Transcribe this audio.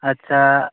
ᱟᱪᱪᱷᱟ